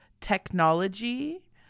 technology